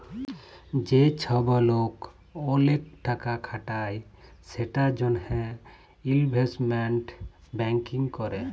যে চ্ছব লোক ওলেক টাকা খাটায় সেটার জনহে ইলভেস্টমেন্ট ব্যাঙ্কিং ক্যরে